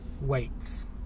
weights